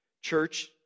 Church